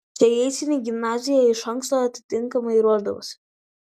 šiai eisenai gimnazija iš anksto atitinkamai ruošdavosi